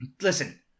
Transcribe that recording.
Listen